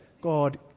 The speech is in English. God